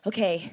Okay